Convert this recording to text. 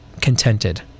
contented